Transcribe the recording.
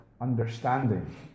understanding